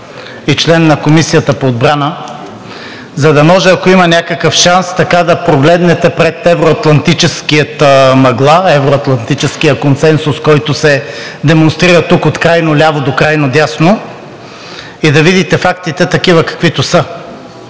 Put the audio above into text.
и член на Комисията по отбрана, за да може, ако има някакъв шанс, така да прогледнете през евро-атлантическата мъгла, евро-атлантическия консенсус, който се демонстрира тук от крайно ляво до крайно дясно, и да видите фактите такива, каквито са.